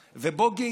ובוגי,